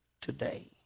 today